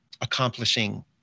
accomplishing